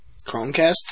Chromecast